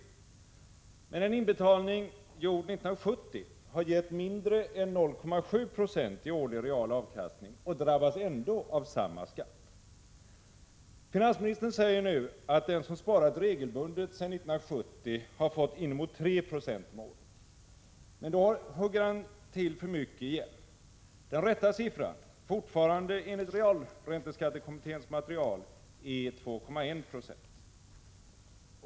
Men en 136 inbetalning gjord 1970 har givit mindre än 0,7 20 i årlig realavkastning och drabbas ändå av samma skatt! Finansministern säger nu att den som sparat regelbundet sedan 1970 har fått en avkastning på inemot 3 26 om året. Men då hugger han till för mycket igen. Den rätta siffran, fortfarande enligt realränteskattekommitténs material, är 2,1 Po.